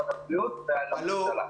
הדיון הוא לא דיון שאת מעירה מתי שבא